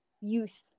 youth